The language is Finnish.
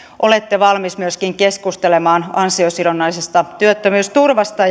olette valmis myöskin keskustelemaan an siosidonnaisesta työttömyysturvasta